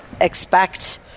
expect